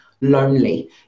lonely